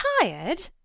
Tired